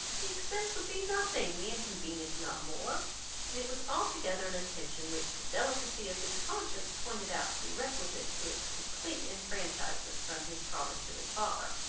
the expense would be nothing, the inconvenience not more and it was altogether an attention which the delicacy of his conscience pointed out to be requisite to its complete enfranchisement from his promise to his father.